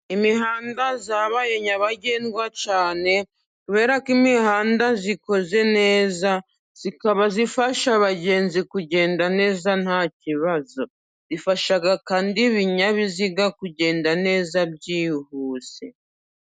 Imihanda yabaye nyabagendwa cyane, kubera ko imihanda ikoze neza, ikaba ifasha abagenzi kugenda neza nta kibazo, ifasha kandi ibinyabiziga kugenda neza byihuse.